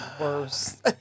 worse